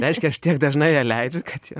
reiškia aš tiek dažnai ją leidžiu kad jau